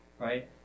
right